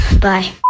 Bye